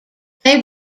they